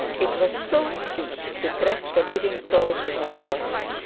it was so sweet to press the living toy to her breast,